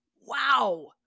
wow